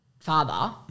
father